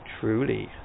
Truly